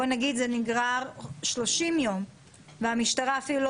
בואי נגיד שזה נגרר 30 יום והמשטרה אפילו לא